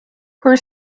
her